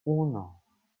uno